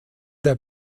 der